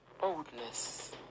boldness